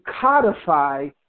codify